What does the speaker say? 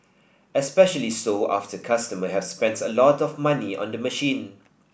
especially so after customer have spent a lot of money on the machine